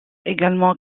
également